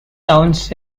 towns